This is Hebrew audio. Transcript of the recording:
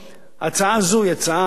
ההצעה הזו היא בעיני